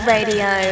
Radio